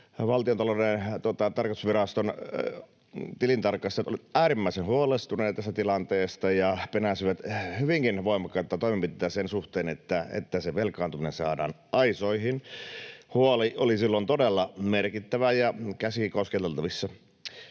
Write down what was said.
Valtiontalouden tarkastusviraston tilintarkastajat olivat äärimmäisen huolestuneita tästä tilanteesta ja penäsivät hyvinkin voimakkaita toimenpiteitä sen suhteen, että se velkaantuminen saadaan aisoihin. Huoli oli silloin todella merkittävä ja käsin kosketeltavissa.